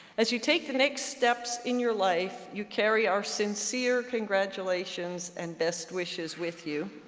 as you take the next steps in your life, you carry our sincere congratulations and best wishes with you.